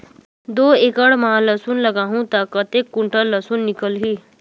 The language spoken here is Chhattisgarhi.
दो एकड़ मां लसुन लगाहूं ता कतेक कुंटल लसुन निकल ही?